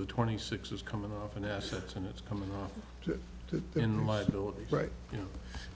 the twenty six is coming off an asset and it's coming to in mind all right